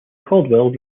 caldwell